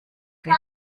wird